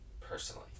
personally